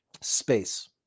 space